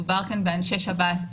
מדובר כאן באנשי שב"ס,